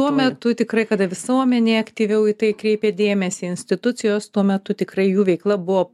tuo metu tikrai kada visuomenė aktyviau į tai kreipia dėmesį institucijos tuo metu tikrai jų veikla buvo